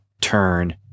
turn